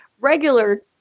regular